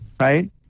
right